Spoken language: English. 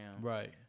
right